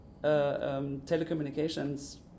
telecommunications